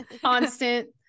Constant